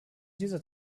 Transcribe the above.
dieser